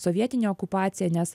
sovietinė okupacija nes